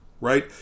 right